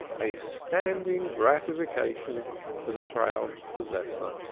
a standing gratification to the proud possessor.